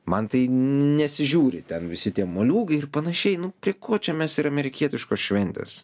man tai nesižiūri ten visi tie moliūgai ir panašiai nu prie ko čia mes ir amerikietiškos šventės